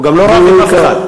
הוא גם לא רב עם אף אחד.